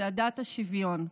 צעדת השוויון.